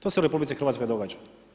To se u RH događa.